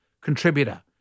contributor